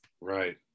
Right